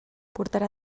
portarà